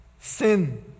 Sin